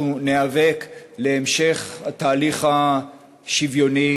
ניאבק להמשך התהליך השוויוני